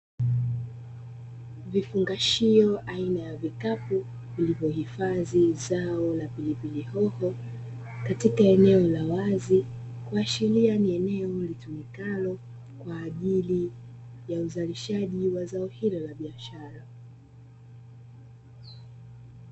Vifungashio aina ya vikapu vilivyohifadhi zao la pilipili hoho katika eneo la wazi, kuashiria ni eneo litumikalo kwajili ya uzalishaji wa zao hilo la biashara.